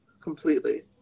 completely